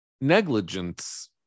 negligence